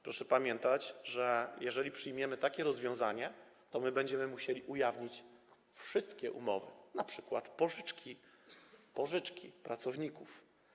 Proszę pamiętać, że jeżeli przyjmiemy takie rozwiązanie, to będziemy musieli ujawnić wszystkie umowy, np. pożyczki pracowników.